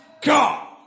God